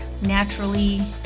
naturally